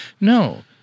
no